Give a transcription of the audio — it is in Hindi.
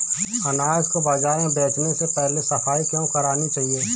अनाज को बाजार में बेचने से पहले सफाई क्यो करानी चाहिए?